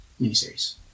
miniseries